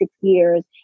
years